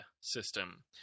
system